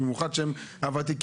במיוחד הפקחים הוותיקים.